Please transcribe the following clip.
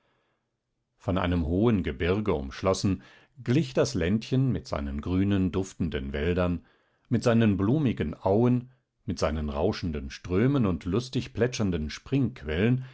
von einem hohen gebirge umschlossen glich das ländchen mit seinen grünen duftenden wäldern mit seinen blumigen auen mit seinen rauschenden strömen und lustig plätschernden